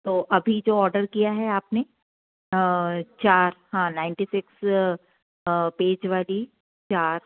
तो अभी जो आर्डर किया है आपने और चार हाँ नाइंटी सिक्स पेज वाली चार